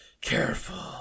careful